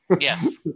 yes